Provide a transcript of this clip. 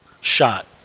shot